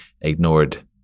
ignored